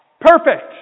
perfect